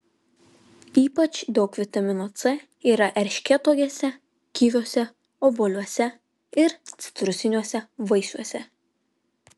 ypač daug vitamino c yra erškėtuogėse kiviuose obuoliuose ir citrusiniuose vaisiuose